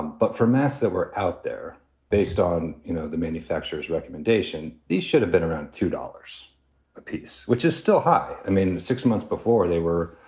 but for mass that were out there based on you know the manufacturer's recommendation, these should have been around two dollars apiece, which is still high. i mean, six months before they were,